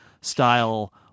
style